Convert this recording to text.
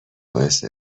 باعث